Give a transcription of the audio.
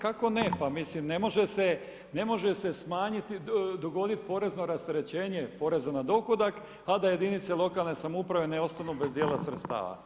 Pa kako ne, pa mislim ne može se dogoditi porezno rasterećenje poreza na dohodak, a da jedinice lokalne samouprave ne ostanu bez dijela sredstava.